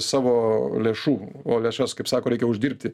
savo lėšų o lėšas kaip sako reikia uždirbti